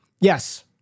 Yes